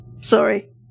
Sorry